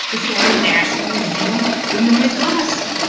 that's the only national museum in the midwest.